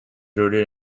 rooted